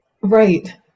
right